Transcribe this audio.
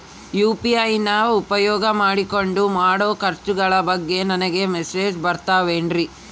UPI ನ ಉಪಯೋಗ ಮಾಡಿಕೊಂಡು ಮಾಡೋ ಖರ್ಚುಗಳ ಬಗ್ಗೆ ನನಗೆ ಮೆಸೇಜ್ ಬರುತ್ತಾವೇನ್ರಿ?